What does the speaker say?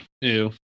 Ew